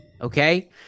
Okay